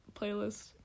playlist